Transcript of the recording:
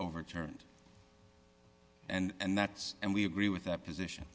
overturned and that's and we agree with that position